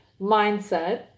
mindset